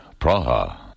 Praha